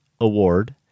award